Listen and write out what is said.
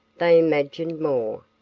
they imagined more.